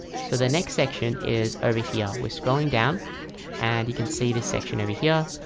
so the next section is over here we're scrolling down and you can see this section over here.